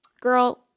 Girl